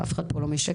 אף אחד פה לא משקר,